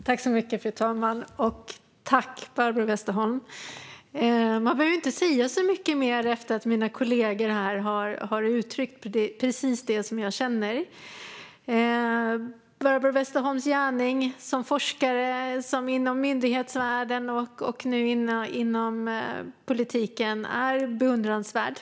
Fru talman! Tack, Barbro Westerholm! Jag behöver inte säga så mycket mer efter att mina kollegor här har uttryckt precis det som jag känner. Barbro Westerholms gärning som forskare, inom myndighetsvärlden och inom politiken är beundransvärd.